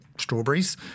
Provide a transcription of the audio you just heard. strawberries